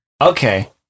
Okay